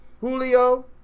Julio